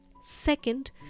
second